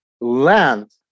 land